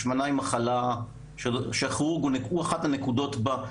השמנה היא מחלה שהכירורגיה היא אחת הנקודות בה,